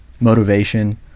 motivation